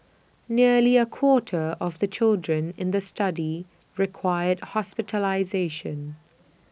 nearly A quarter of the children in the study required hospitalisation